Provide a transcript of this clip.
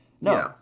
No